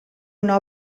una